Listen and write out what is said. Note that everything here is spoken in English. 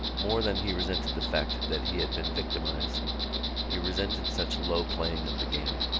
more than he resented the fact that he had been victimised he resented such low playing of the game.